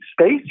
space